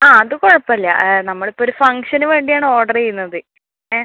ആ അത് കുഴപ്പമില്ല നമ്മളിപ്പോൾ ഒരു ഫംഗ്ഷന് വേണ്ടിയാണ് ഓർഡറ് ചെയ്യുന്നത് ങെ